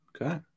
okay